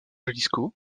jalisco